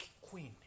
queen